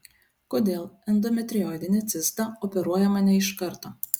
kodėl endometrioidinė cista operuojama ne iš karto